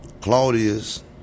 Claudius